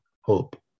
hope